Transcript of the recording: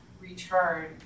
return